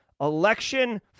election